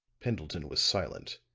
pendleton was silent,